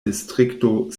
distrikto